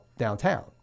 downtown